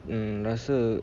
mm rasa